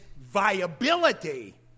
viability